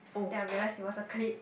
then I realised it was a clip